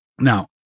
Now